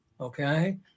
Okay